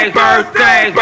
birthday